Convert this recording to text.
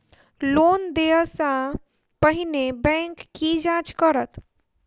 Loan देय सा पहिने बैंक की जाँच करत?